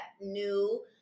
new